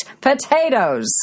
potatoes